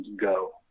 go